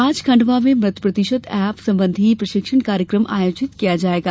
आज खंडवा में मत प्रतिशत ऐप संबंधी प्रशिक्षण कार्यक्रम आयोजित किया जायेगा